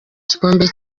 gikombe